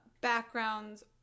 backgrounds